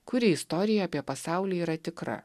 kuri istorija apie pasaulį yra tikra